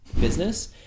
business